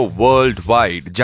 worldwide